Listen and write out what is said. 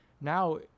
now